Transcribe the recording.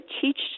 teach